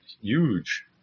huge